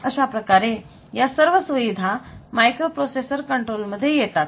अशाप्रकारे या सर्व सुविधा मायक्रोप्रोसेसर कंट्रोलमध्ये येतात